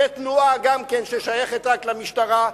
זאת תנועה ששייכת רק למשטרה.